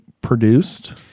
produced